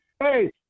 Hey